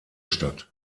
statt